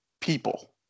people